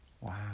Wow